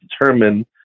determine